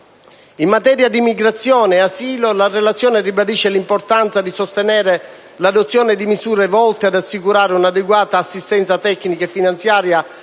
In materia di migrazione e asilo, la relazione ribadisce l'importanza di sostenere l'adozione di misure volte ad assicurare un'adeguata assistenza tecnica e finanziaria